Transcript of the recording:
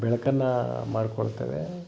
ಬೆಳಕನ್ನು ಮಾಡ್ಕೊಳ್ತೇವೆ